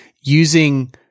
using